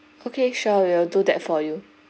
okay sure we will do that for you